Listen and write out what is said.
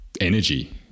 energy